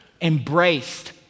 embraced